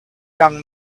young